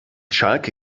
schalke